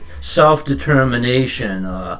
self-determination